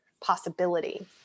possibility